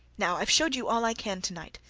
now i've showed you all i can to-night,